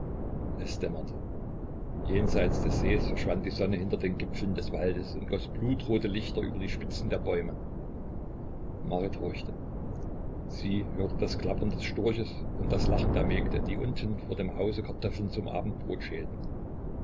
es dämmerte jenseits des sees verschwand die sonne hinter den gipfeln des waldes und goß blutrote lichter über die spitzen der bäume marit horchte sie hörte das klappern des storches und das lachen der mägde die unten vor dem hause kartoffeln zum abendbrot schälten